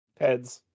Heads